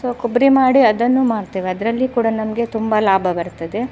so ಕೊಬ್ಬರಿ ಮಾಡಿ ಅದನ್ನು ಮಾರ್ತೇವೆ ಅದರಲ್ಲಿ ಕೂಡ ನಮಗೆ ತುಂಬ ಲಾಭ ಬರ್ತದೆ